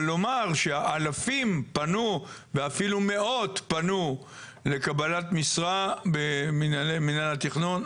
אבל לומר שאלפים פנו ואפילו מאות פנו לקבלת משרה במינהל התכנון,